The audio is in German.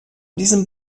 diesem